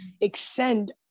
extend